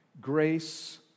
Grace